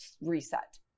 reset